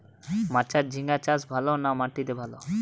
মাচায় ঝিঙ্গা চাষ ভালো না মাটিতে ভালো?